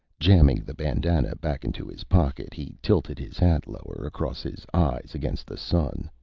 jamming the bandanna back into his pocket, he tilted his hat lower across his eyes against the sun.